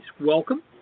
welcome